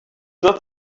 not